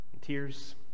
tears